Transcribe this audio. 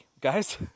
guys